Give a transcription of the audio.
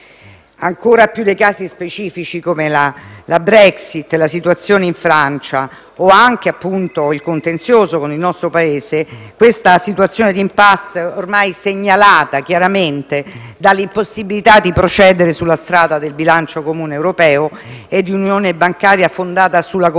Ancora più dei casi specifici, come la Brexit, la situazione in Francia o anche il contenzioso con il nostro Paese, questa situazione di *impasse* è ormai segnalata chiaramente dall'impossibilità di procedere sulla strada del bilancio comune europeo e di un'unione bancaria fondata sulla condivisione